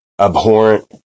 abhorrent